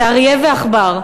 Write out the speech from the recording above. זה אריה ועכבר.